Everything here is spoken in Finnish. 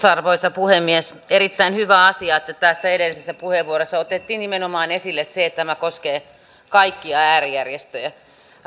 arvoisa puhemies on erittäin hyvä asia että tässä edellisessä puheenvuorossa otettiin nimenomaan esille se että tämä koskee kaikkia äärijärjestöjä